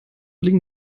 liegen